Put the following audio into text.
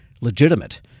legitimate